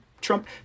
Trump